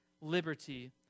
liberty